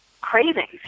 cravings